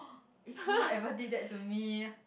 if someone ever did that to me